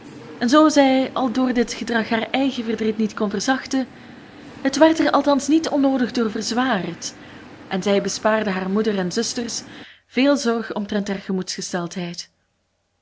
en zoo zij al door dit gedrag haar eigen verdriet niet kon verzachten het werd er althans niet onnoodig door verzwaard en zij bespaarde haar moeder en zusters veel zorg omtrent haar